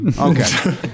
okay